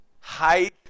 Height